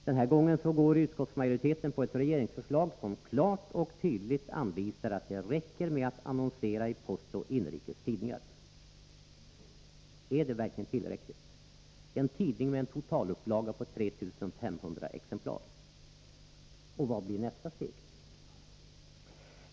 Den här gången stöder utskottsmajoriteten ett regeringsförslag, som klart och tydligt anvisar att det räcker med annonsering i Postoch Inrikes Tidningar. Är det verkligen tillräckligt — en tidning med en upplaga på 3 500 exemplar? Vad blir nästa steg?